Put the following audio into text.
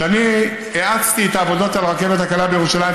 שאני האצתי את העבודות על הרכבת הקלה בירושלים,